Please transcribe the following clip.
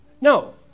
No